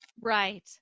right